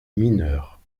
mineurs